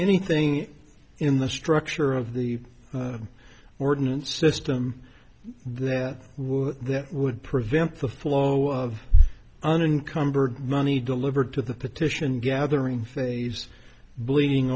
anything in the structure of the ordinance system that would that would prevent the flow of an incumbent money delivered to the petition gathering phase bleeding